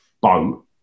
boat